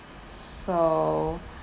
so